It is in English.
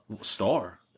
star